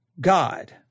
God